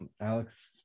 Alex